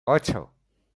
ocho